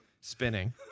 spinning